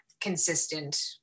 consistent